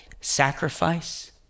sacrifice